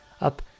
up